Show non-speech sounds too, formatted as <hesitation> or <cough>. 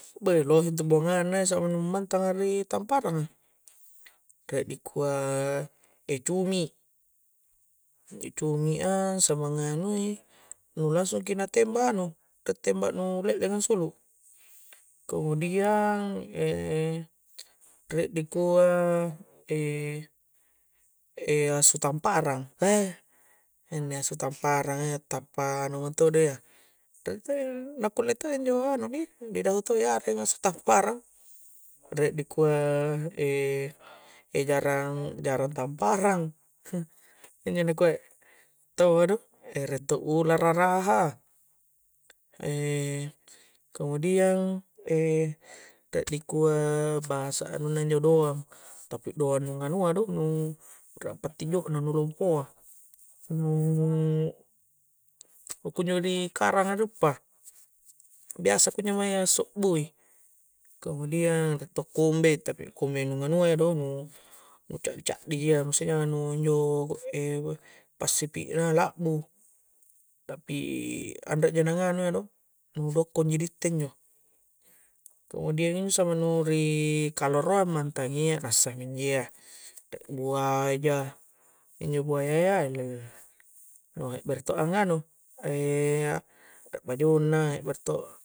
Beh' lohe intu' buanganna yya samangan'nu mantang' ri' tamparanga' re' dikua' e' cumi' di cumi'a samanganui' nu langsuki' na temba' anu' nu temba' nu le'leng ansulu' kemudiang e' re' dikua' e' <hesitation> e' asu tamparang', heh' inne asu' tamparang' ya tappa' nu anu mintodo' ya re' te' na kulle' to' injo anu dih' di dahuto' i api' na asu' tamparang re' dikua' e', e' jarang, jarang tamparang' injo' ni kuai' taua' do', ere' to' ulara' raha kemudian, e' te' dikua' pasa' anuna injo' doang', tapi doang' nu nganu'a do nu' ra'bati njo' na nu' lompoa nu' ku kunjo' di' karangan' di uppa biasa kunjo' maeng assu'bui' kemudian re' to kombe' tapi kombeng' nu nganua' iya do', nu' ca'di-ca'di ya, nu' seng' nganu' injo' e' passipi'na la'bu' tapi' anreja' nu nganu' ya do', nu' dokkong ji di'itte injo' kemudian injo samanganu' ri' kaloroa mantangi' nassa'mi injo' ya re' buaja' injo' buaya ya elele' lohe' bere' to' la nganu' e' re' bajonna' biasa to'